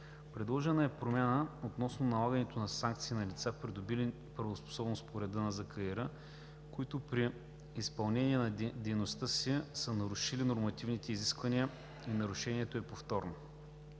Предложена е промяна относно налагането на санкции на лицата, придобили правоспособност по реда на Закона за кадастъра и имотния регистър, които при изпълнение на дейността си са нарушили нормативните изисквания и нарушението е повторно.